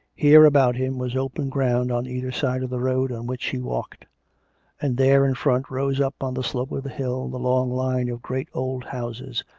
here, about him, was open ground on either side of the road on which he walked and there, in front, rose up on the slope of the hill the long line of great old houses,